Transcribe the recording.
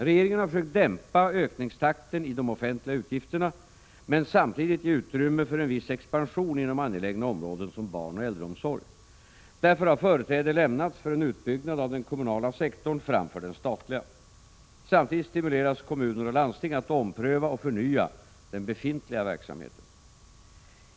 Regeringen har försökt dämpa ökningstakten i de offentliga utgifterna men samtidigt gett utrymme för en viss expansion inom angelägna områden som barnoch äldreomsorg. Därför har företräde lämnats för en utbyggnad av den kommunala sektorn framför den statliga. Samtidigt stimuleras kommuner och landsting att ompröva och förnya den befintliga verksamheten.